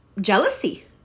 jealousy